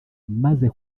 maze